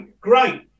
great